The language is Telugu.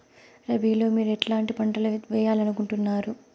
రబిలో మీరు ఎట్లాంటి పంటలు వేయాలి అనుకుంటున్నారు?